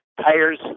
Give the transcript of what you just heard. tires